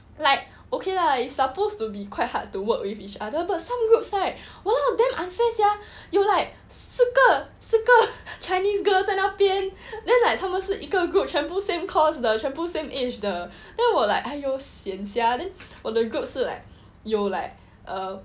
like okay lah it's supposed to be quite hard to work with each other I don't know some groups like !walao! damn unfair sia 有 like 四个四个 chinese girl 在那边 then like 他们是一个 group 全部 same course 的全部 same age 的 then I like !aiyo! sian sia then 我的 group 是 like 有 like